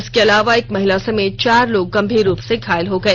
इसके अलावा एक महिला समेत चार लोग गंभीर रूप से घायल हो गए